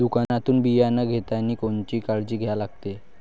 दुकानातून बियानं घेतानी कोनची काळजी घ्या लागते?